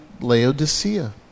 Laodicea